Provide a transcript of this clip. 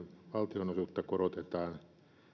valtionosuutta korotetaan